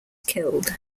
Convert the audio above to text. killed